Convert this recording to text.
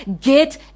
Get